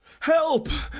help,